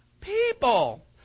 people